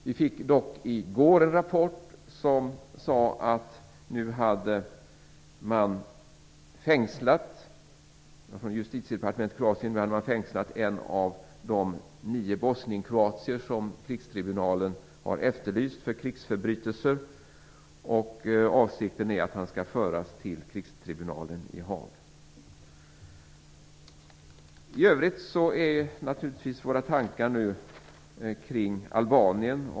Vi fick dock en rapport i går om att justitiedepartementet i Kroatien nu hade fängslat en av de nio bosnienkroater som krigsförbrytartribunalen har efterlyst för krigsförbrytelser. Avsikten är att han skall föras till krigsförbrytartribunalen i Haag. I övrigt kretsar våra tankar nu naturligtvis kring Albanien.